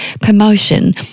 promotion